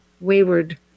wayward